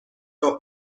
dos